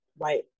right